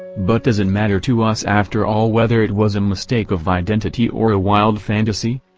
but does it matter to us after all whether it was a mistake of identity or a wild fantasy?